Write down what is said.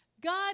God